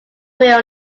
will